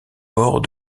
ports